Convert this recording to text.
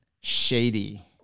Shady